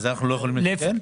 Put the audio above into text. אז אנחנו לא יכולים לתקן?